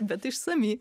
bet išsami